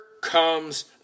comes